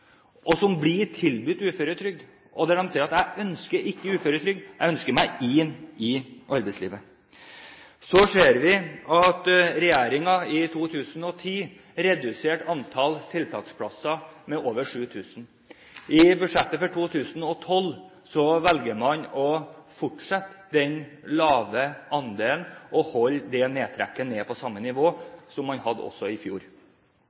blir tilbudt uføretrygd, som sier: Jeg ønsker ikke uføretrygd, jeg ønsker meg inn i arbeidslivet. Så ser vi at regjeringen i 2010 reduserte antallet tiltaksplasser med over 7 000. I budsjettet for 2012 velger man å fortsette den lave andelen og holder nedtrekket nede på samme nivå som man hadde i fjor.